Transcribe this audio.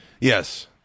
Yes